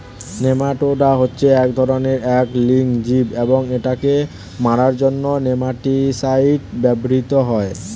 nematoda হচ্ছে এক ধরণের এক লিঙ্গ জীব এবং এটাকে মারার জন্য নেমাটিসাইড ব্যবহৃত হয়